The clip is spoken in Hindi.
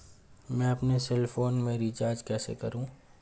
मैं अपने सेल फोन में रिचार्ज कैसे करूँ?